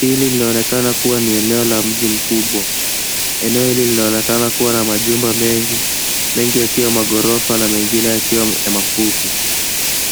Hili linaonekana kuwa ni eneo la mji mkubwa. Eneo hili linaonekana kuwa na majumba mengi, mengi yakiwa maghorofa na mengine yakiwa mafupi.